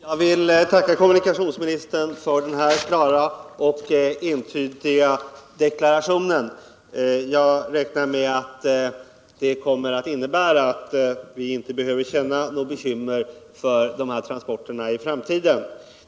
Herr talman! Jag vill tacka kommunikationsministern för den här klara och entydiga deklarationen. Jag räknar med att den kommer att innebära att vi inte behöver känna någon oro för de här transporterna i framtiden.